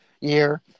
year